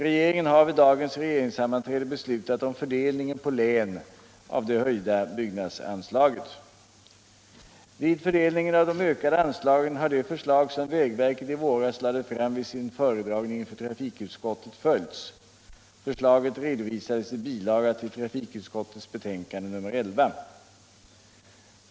Regeringen har vid dagens regeringssammanträde beslutat om fördelningen på län av det höjda byggnadsanslaget. Vid fördelningen av de ökade anslagen har det förslag som vägverket i våras lade fram vid sin föredragning inför trafikutskottet följts. Förslaget redovisades i bilaga till trafikutskottets betänkande nr 11.